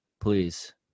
please